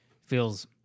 feels